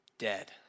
dead